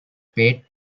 paid